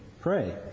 Pray